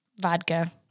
Vodka